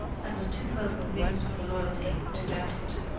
and was too well convinced of her loyalty to doubt it.